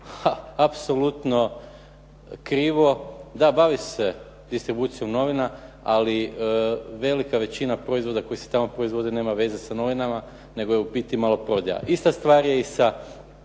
Apsolutno krivo. Da, bavi se distribucijom novina ali velika većina proizvoda koji se tamo proizvode nema veze sa novinama nego je u biti maloprodaja. Ista stvar je i sa